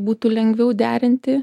būtų lengviau derinti